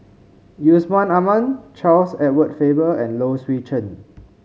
Yusman Aman Charles Edward Faber and Low Swee Chen